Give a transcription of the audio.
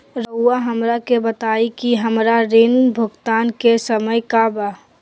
रहुआ हमरा के बताइं कि हमरा ऋण भुगतान के समय का बा?